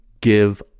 give